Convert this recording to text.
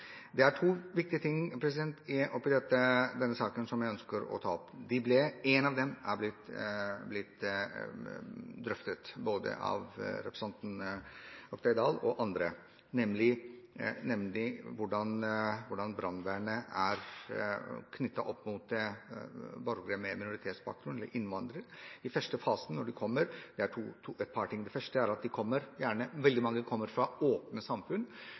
Det er to viktige ting i denne saken som jeg ønsker å ta opp. Den ene er blitt drøftet av både representanten Oktay Dahl og andre, nemlig hvordan brannvernet er knyttet opp mot borgere med minoritetsbakgrunn eller innvandrere, i den første fasen når de kommer hit. Det første er at veldig mange kommer fra åpne samfunn hvor boforholdene er av en annen type enn det vi har her. Da er